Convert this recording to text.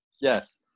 Yes